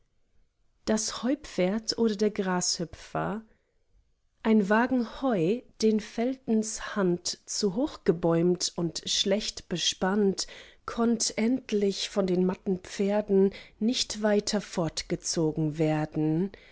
das heupferd oder der grashüpfer ein wagen heu den veltens hand zu hoch gebäumt und schlecht bespannt konnt endlich von den matten pferden nicht weiter fortgezogen werden